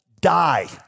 die